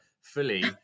fully